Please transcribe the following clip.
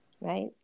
Right